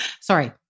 Sorry